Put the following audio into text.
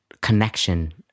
connection